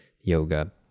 yoga